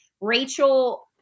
Rachel